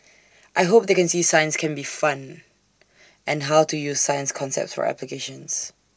I hope they can see science can be fun and how to use science concepts for applications